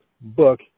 book